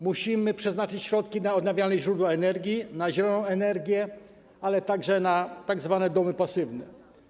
Musimy przeznaczyć środki na odnawialne źródła energii, na zieloną energię, ale także na tzw. domy pasywne.